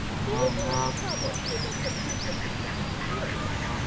he was not troubled with a propensity to be curious,